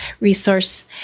resource